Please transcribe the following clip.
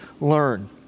learn